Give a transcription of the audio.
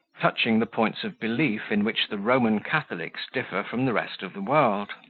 touching the points of belief in which the roman catholics differ from the rest of the world.